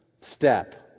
step